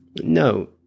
No